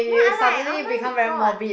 then I like oh-my-god